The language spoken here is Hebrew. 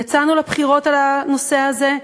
יצאנו לבחירות על הנושא הזה,